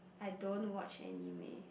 I don't watch anime